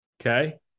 Okay